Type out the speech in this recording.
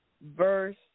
verse